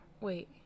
Wait